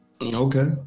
Okay